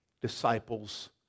disciples